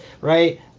right